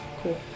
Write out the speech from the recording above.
Cool